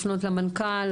לפנות למנכ"ל,